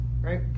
right